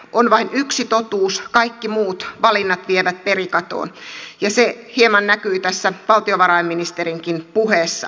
on vain yksi totuus kaikki muut valinnat vievät perikatoon ja se hieman näkyi tässä valtiovarainministerinkin puheessa